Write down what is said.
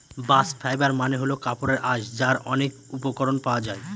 bast fibre মানে হল কাপড়ের আঁশ যার অনেক উপকরণ পাওয়া যায়